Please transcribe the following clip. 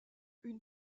une